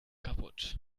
kaputt